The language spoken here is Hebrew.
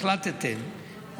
החלטתם,